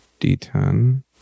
D10